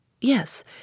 Yes